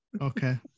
Okay